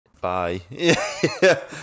bye